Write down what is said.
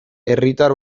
herritar